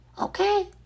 Okay